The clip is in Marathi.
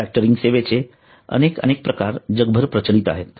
फॅक्टरिंग सेवेचे अनेक अनेक प्रकार जगभर प्रचलित आहेत